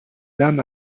lame